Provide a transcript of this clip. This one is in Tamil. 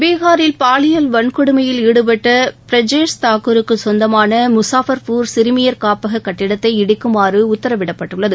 பீஹாரில் பாலியல் வன்கொடுமையில் ஈடுபட்ட பிரிஜேஷ் தாக்கூருக்குச் சொந்தமான முஸாஃபர்பூர் சிறுமியர் காப்பக கட்டிடத்தை இடிக்குமாறு உத்தரவிடப்பட்டுள்ளது